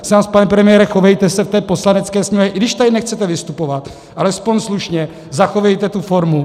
Prosím vás, pane premiére, chovejte se v té Poslanecké sněmovně i když tady nechcete vystupovat alespoň slušně, zachovejte tu formu.